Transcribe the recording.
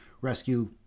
rescue